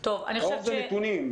אור זה נתונים.